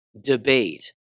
debate